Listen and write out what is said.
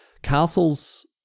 Castles